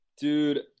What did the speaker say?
Dude